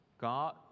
God